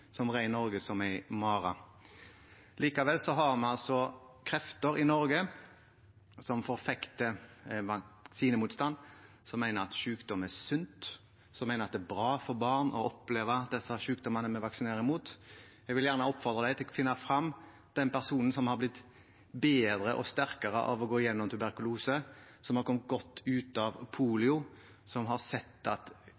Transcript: som red Norge som en mare. Likevel har vi altså krefter i Norge som forfekter vaksinemotstand, som mener at sykdom er sunt, som mener at det er bra for barn å oppleve disse sykdommene vi vaksinerer imot. Jeg vil gjerne oppfordre dem til å finne fram den personen som har blitt bedre og sterkere av å gjennomgå tuberkulose, som har kommet godt ut av